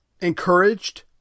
encouraged